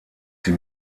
sie